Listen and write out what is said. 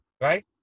right